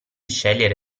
scegliere